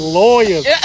lawyers